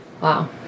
wow